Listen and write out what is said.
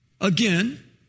again